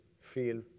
feel